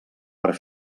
per